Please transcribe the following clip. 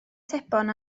sebon